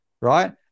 right